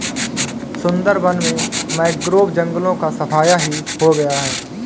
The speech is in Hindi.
सुंदरबन में मैंग्रोव जंगलों का सफाया ही हो गया है